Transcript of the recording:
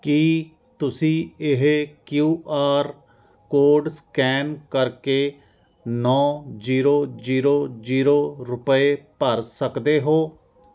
ਕੀ ਤੁਸੀਂਂ ਇਹ Q R code scan ਕਰਕੇ ਨੌ ਜੀਰੋ ਜੀਰੋ ਜੀਰੋ ਰੁਪਏ ਭਰ ਸਕਦੇ ਹੋ